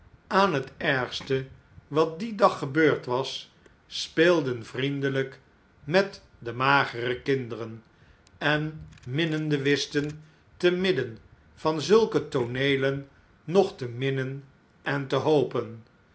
aan het ergste wat dien dag gebeurd was speelden vriende zee blijpt eijzen delgk met de magere kinderen en minnenden wisten te midden van zulke tooneelen nogte minnen en te hopen